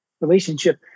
relationship